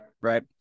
right